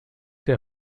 der